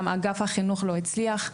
גם אגף החינוך התערב ולא הצליח.